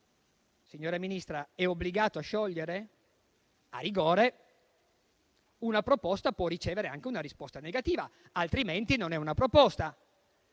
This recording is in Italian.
signora Ministra, è obbligato a sciogliere? A rigore, una proposta può ricevere anche una risposta negativa, altrimenti non è una proposta.